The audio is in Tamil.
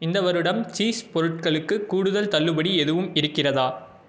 இந்த வருடம் சீஸ் பொருட்களுக்கு கூடுதல் தள்ளுபடி எதுவும் இருக்கிறதா